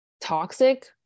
toxic